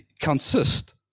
consist